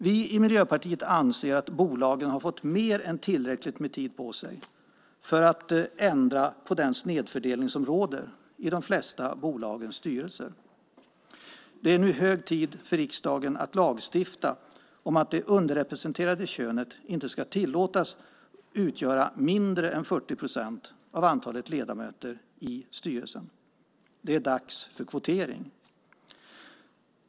Vi i Miljöpartiet anser att bolagen har fått mer än tillräckligt med tid på sig för att ändra på den snedfördelning som råder i de flesta bolagens styrelser. Det är nu hög tid för riksdagen att lagstifta om att det underrepresenterade könet inte ska tillåtas att utgöra mindre än 40 procent av antalet ledamöter i styrelsen. Det är dags för kvotering.